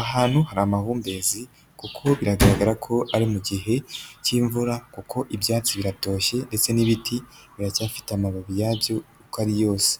ahantu hari amahumbezi kuko biragaragara ko ari mu gihe k'imvura kuko ibyatsi biratoshye ndetse n'ibiti biracyafite amababi yabyo uko ari yose.